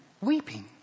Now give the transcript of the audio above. weeping